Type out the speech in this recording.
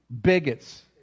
bigots